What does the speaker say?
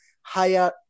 higher